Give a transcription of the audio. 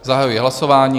Zahajuji hlasování.